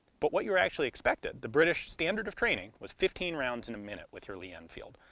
but what you're actually expected the british standard of training was fifteen rounds in a minute with your lee-enfield.